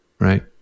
Right